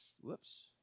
whoops